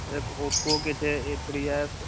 एक ओप्पोके छै एथ्रीएस